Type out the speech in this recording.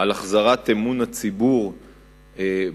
על החזרת אמון הציבור בדמוקרטיה,